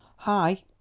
hi!